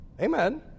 Amen